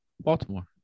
Baltimore